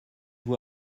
vous